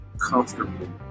comfortable